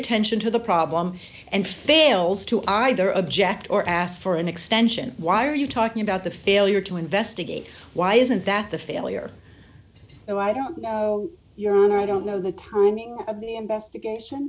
attention to the problem and fails to either object or ask for an extension why are you talking about the failure to investigate why isn't that the failure and i don't know your honor i don't know the current of the investigation